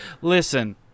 listen